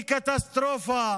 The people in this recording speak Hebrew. היא קטסטרופה